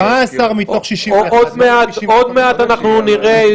19 מתוך 61. עוד מעט נראה.